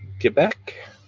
Quebec